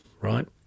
right